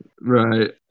right